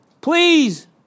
Please